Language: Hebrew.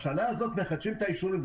בשנה הזו מחדשים את האישורים,